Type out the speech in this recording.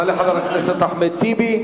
יעלה חבר הכנסת אחמד טיבי,